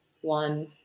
one